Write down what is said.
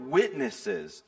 witnesses